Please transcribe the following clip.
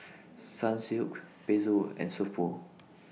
Sunsilk Pezzo and So Pho